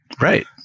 Right